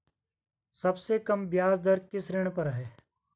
सबसे कम ब्याज दर किस ऋण पर है?